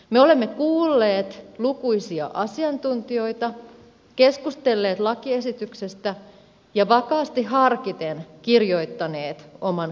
me olemme kuulleet lukuisia asiantuntijoita keskustelleet lakiesityksestä ja vakaasti harkiten kirjoittaneet oman kannanottomme